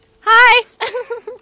Hi